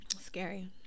Scary